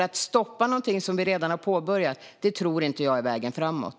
Att stoppa någonting som vi redan har påbörjat tror jag nämligen inte är vägen framåt.